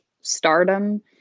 stardom